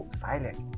silent